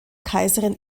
kaiserin